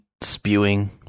spewing